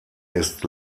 ist